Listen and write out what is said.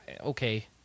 Okay